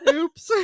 Oops